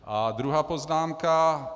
A druhá poznámka.